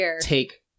Take